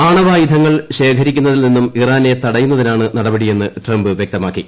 ആണവായുധങ്ങൾ ശേഖരിക്കുന്നതിൽ നിന്നും ഇറാനെ തടയുന്നതി നാണ് നടപടി എന്ന് ട്രംപ് വൃക്തമാക്കി